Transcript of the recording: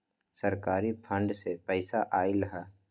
सरकारी फंड से पईसा आयल ह?